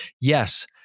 Yes